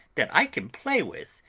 that i can play with,